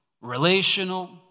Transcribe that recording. relational